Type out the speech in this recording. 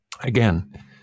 Again